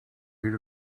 eight